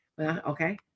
Okay